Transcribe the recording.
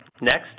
Next